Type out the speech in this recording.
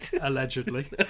Allegedly